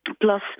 plus